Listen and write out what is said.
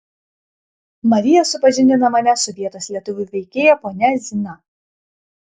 marija supažindina mane su vietos lietuvių veikėja ponia zina